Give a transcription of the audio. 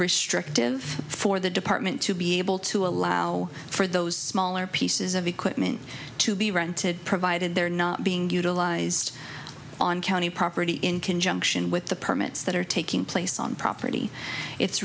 restrictive for the department to be able to allow for those smaller pieces of equipment to be rented provided they're not being utilized on county property in conjunction with the permits that are taking place on property it's